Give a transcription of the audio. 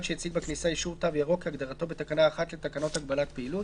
שהציג בכניסה אישור "תו ירוק" כהגדרתו בתקנה 1 לתקנות הגבלת פעילות: